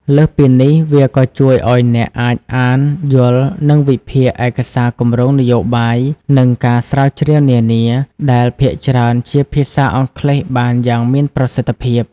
លើសពីនេះ វាក៏ជួយឱ្យអ្នកអាច អាន យល់ និងវិភាគឯកសារគម្រោងរបាយការណ៍ និងការស្រាវជ្រាវនានា ដែលភាគច្រើនជាភាសាអង់គ្លេសបានយ៉ាងមានប្រសិទ្ធភាព។